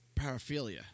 paraphilia